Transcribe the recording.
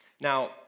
Now